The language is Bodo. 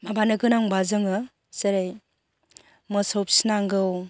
माबानो गोनांबा जोङो जेरै मोसौ फिनांगौ